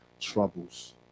troubles